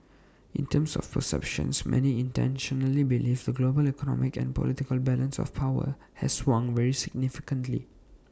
in terms of perceptions many internationally believe the global economic and political balance of power has swung very significantly